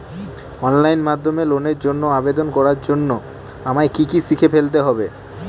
Online মাধ্যমে লোনের জন্য আবেদন করার জন্য আমায় কি কি শিখে ফেলতে হবে?